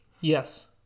Yes